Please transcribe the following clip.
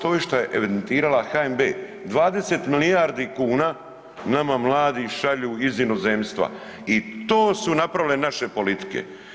To je šta je evidentirala HNB, 20 milijardi kuna nama mladi šalju iz inozemstva i to su napravile naše politike.